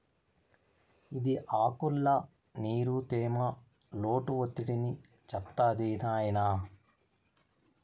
ఇది ఆకుల్ల నీరు, తేమ, లోటు ఒత్తిడిని చెప్తాది నాయినా